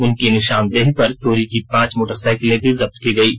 उनकी निशानदेही पर चोरी की पांच मोटरसाइकिलें भी जब्त की गयी है